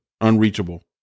unreachable